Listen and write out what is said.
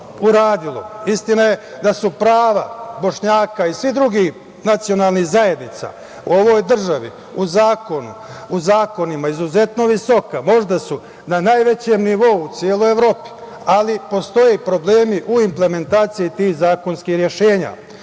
uradilo. Istina je da su prava Bošnjaka i svih drugih nacionalnih zajednica u ovoj državi, u zakonu, u zakonima, izuzetno visoka, možda su na najvećem nivou u celoj Evropi, ali postoje problemi u implementaciji tih zakonskih rešenja.